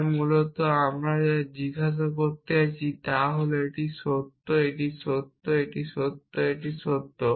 তাই মূলত আমরা যা জিজ্ঞাসা করতে যাচ্ছি তা হল এটি সত্য এটা সত্য এটা সত্য এটা সত্য